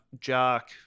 jock